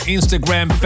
Instagram